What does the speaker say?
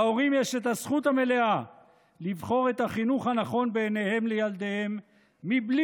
להורים יש את הזכות המלאה לבחור את החינוך הנכון בעיניהם לילדיהם בלי